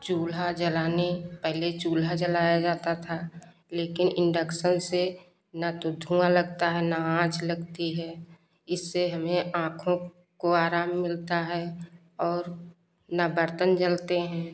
चूल्हा जलाने पहले चूल्हा जलाया जाता था लेकिन इंडक्शन से ना तो धुंआ लगती है न तो आँच लगती है इससे हमें आँखों को आराम मिलता है और न बर्तन जलते हैं